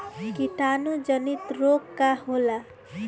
कीटाणु जनित रोग का होला?